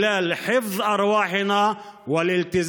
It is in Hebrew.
כלפי עצמנו בכך שנשמור על נפשותינו ונקפיד